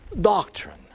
doctrine